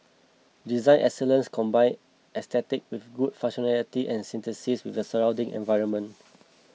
design excellence combine aesthetics with good functionality and synthesis with the surrounding environment